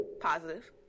Positive